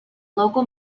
local